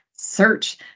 search